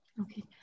Okay